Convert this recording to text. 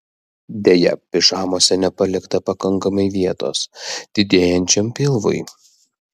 deja pižamose nepalikta pakankamai vietos didėjančiam pilvui